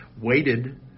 waited